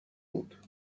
بود